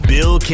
Bill